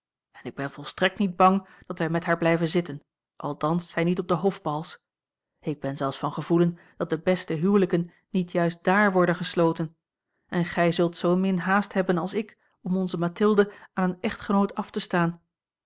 en ik ben volstrekt niet bang dat wij met haar blijven zitten al danst zij niet op de hofbals ik ben zelfs van gevoelen dat de beste huwelijken niet juist dààr worden gesloten en gij zult zoomin haast hebben als ik om onze mathilde aan een echtgenoot af te staan